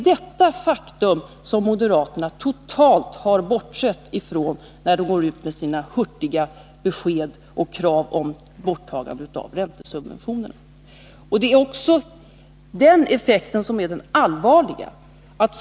Detta faktum har moderaterna totalt bortsett ifrån när de går ut med sina hurtiga besked och krav om borttagande av räntesubventionerna. Det är också den effekten som är den allvarliga.